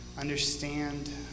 understand